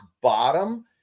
bottom